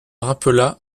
rappela